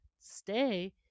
stay